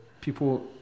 people